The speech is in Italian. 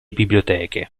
biblioteche